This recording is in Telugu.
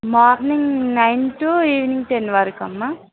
morning nine to evening ten వరకు అమ్మ